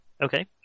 Okay